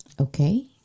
Okay